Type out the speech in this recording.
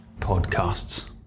podcasts